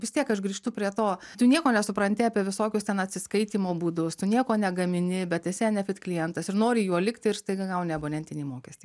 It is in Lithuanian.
vis tiek aš grįžtu prie to tu nieko nesupranti apie visokius ten atsiskaitymo būdus tu nieko negamini bet esi enefit klientas ir nori juo likti ir staiga gauni abonentinį mokestį